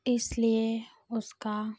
इसलिए उसका